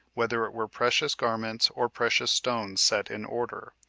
whether it were precious garments, or precious stones set in order,